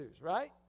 right